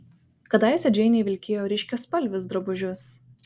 kadaise džeinė vilkėjo ryškiaspalvius drabužius